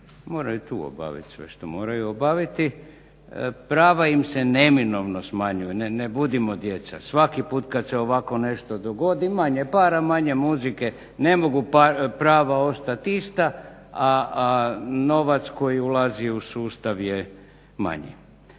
moraju tu obaviti sve što moraju obaviti. Prava im se neminovno smanjuju, ne budimo djeca. Svaki put kad se ovakvo nešto dogodi manje para, manje muzike, ne mogu prava ostati ista, a novac koji ulazi u sustav je manji.